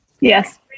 yes